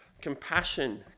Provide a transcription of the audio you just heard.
compassion